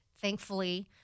Thankfully